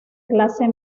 clase